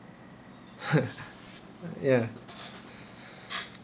ya